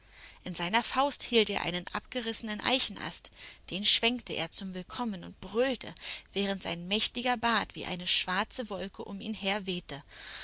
in seiner faust hielt er einen abgerissenen eichenast den schwenkte er zum willkommen und brüllte während sein mächtiger bart wie eine schwarze wolke um ihn her wehte